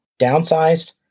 downsized